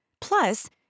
Plus